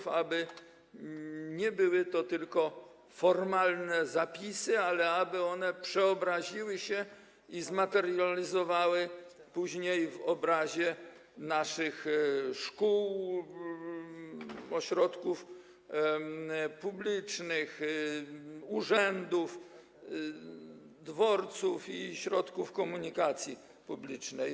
Chodzi o to, aby nie były to tylko formalne zapisy, ale aby one przeobraziły się i zmaterializowały później w obrazie działania naszych szkół, ośrodków publicznych, urzędów, dworców i środków komunikacji publicznej.